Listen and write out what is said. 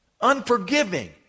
unforgiving